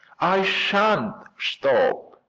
i shan't stop.